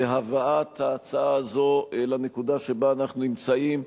בהבאת הצעה זו לנקודה שבה אנחנו נמצאים.